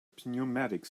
pneumatic